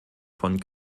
von